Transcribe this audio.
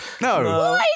No